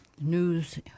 news